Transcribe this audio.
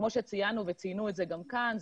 וכמו שציינו וציינו את זה גם כאן,